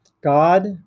God